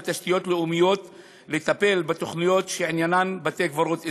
תשתיות לאומיות לטפל בתוכניות שעניינן בתי-קברות אזוריים.